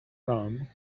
rome